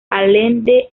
allende